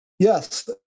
Yes